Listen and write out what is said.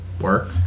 work